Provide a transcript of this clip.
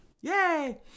Yay